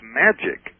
magic